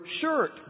shirt